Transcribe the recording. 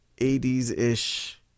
80s-ish